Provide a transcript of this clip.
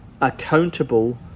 accountable